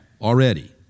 already